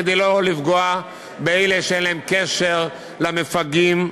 כדי שלא לפגוע באלה שאין להם קשר למפגעים,